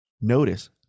Notice